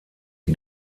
die